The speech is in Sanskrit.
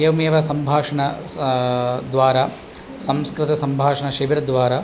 एवमेव सम्भाषणं स् द्वारा संस्कृतसम्भाषण शिबिरद्वारा